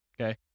okay